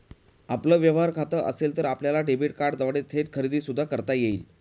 आपलं व्यवहार खातं असेल तर आपल्याला डेबिट कार्डद्वारे थेट खरेदी सुद्धा करता येईल